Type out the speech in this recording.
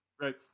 Right